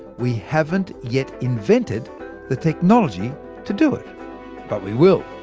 we haven't yet invented the technology to do it but we will.